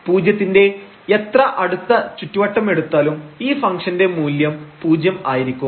പൂജ്യത്തിന്റെ എത്ര അടുത്ത ചുറ്റുവട്ടം എടുത്താലും ഈ ഫംഗ്ഷൻറെ മൂല്യം പൂജ്യം ആയിരിക്കും